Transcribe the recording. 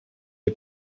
est